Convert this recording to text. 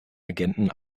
agenten